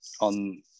on